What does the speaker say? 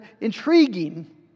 intriguing